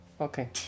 Okay